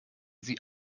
sie